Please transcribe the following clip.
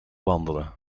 wandelen